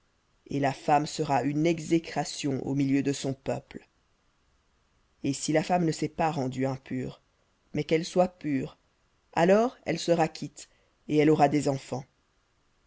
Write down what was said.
et la femme sera une exécration au milieu de son peuple et si la femme ne s'est pas rendue impure mais qu'elle soit pure alors elle sera quitte et elle aura des enfants